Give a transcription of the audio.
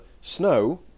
snow